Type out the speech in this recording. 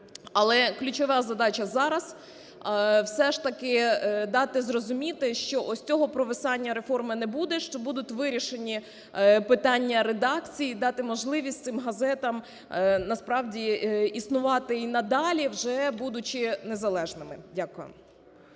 але ключова задача зараз – все ж таки дати зрозуміти, що ось цього провисання реформи не буде, що будуть вирішені питання редакції і дати можливість цим газетам, насправді, існувати і надалі, вже будучи незалежними. Дякую.